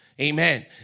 Amen